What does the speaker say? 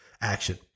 action